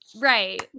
Right